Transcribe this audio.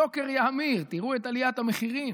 היוקר יאמיר, תראו את עליית המחירים,